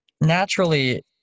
naturally